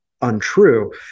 untrue